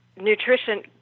nutrition